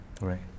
Right